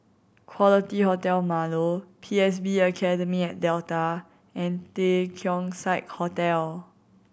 Quality Hotel Marlow P S B Academy at Delta and The Keong Saik Hotel